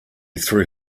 threw